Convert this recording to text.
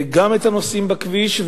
וגם את הנוסעים בכביש.